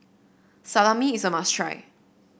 salami is a must try